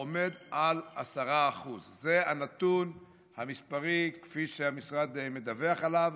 העומד על 10%. זה הנתון המספרי כפי שהמשרד מדווח עליו.